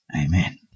Amen